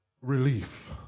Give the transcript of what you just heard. relief